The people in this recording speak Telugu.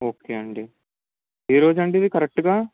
ఓకే అండి ఏరోజు అండి ఇవి కరెక్ట్గా